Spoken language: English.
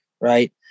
Right